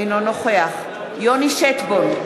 אינו נוכח יוני שטבון,